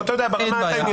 אין בעיה.